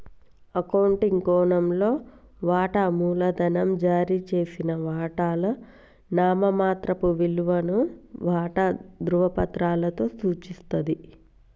accounting కోణంలో, వాటా మూలధనం జారీ చేసిన వాటాల నామమాత్రపు విలువను వాటా ధృవపత్రాలలో సూచిస్తది